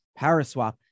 Paraswap